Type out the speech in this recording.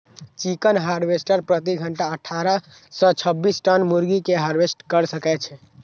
chicken harvester प्रति घंटा अट्ठारह सं छब्बीस टन मुर्गी कें हार्वेस्ट कैर सकै छै